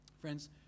Friends